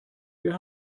wir